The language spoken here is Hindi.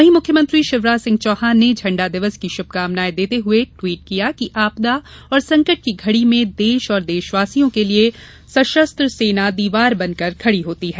वहीं मुख्यमंत्री शिवराज सिंह चौहान ने झंडा दिवस की शुभकांमनायें देते हुये ट्वीट किया कि आपदा और संकट की घड़ी में देश और देशवासियों के लिये सशस्त्र सेना दीवार बनकर खड़ी होती है